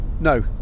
no